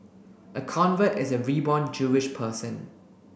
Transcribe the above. a convert is a reborn Jewish person